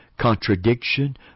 contradiction